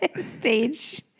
stage